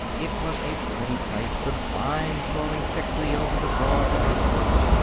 it was a pretty place, with vines growing thickly over the broad front porch.